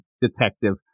detective